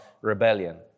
rebellion